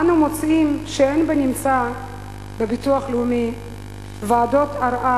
אנו מוצאים שאין בנמצא בביטוח לאומי ועדות ערר